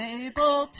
able